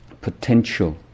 potential